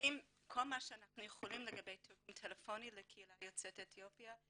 עושים כל מה שאנחנו יכולים לגבי תרגום טלפוני לקהילה יוצאת אתיופיה.